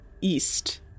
east